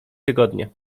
tygodnie